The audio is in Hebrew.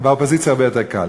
באופוזיציה הרבה יותר קל.